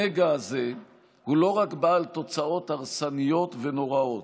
הנגע הזה הוא לא רק בעל תוצאות הרסניות ונוראות